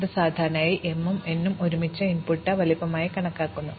അതിനാൽ സാധാരണയായി m ഉം n ഉം ഒരുമിച്ച് ഇൻപുട്ട് വലുപ്പമായി കണക്കാക്കുന്നു